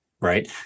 right